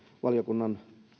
valiokunnan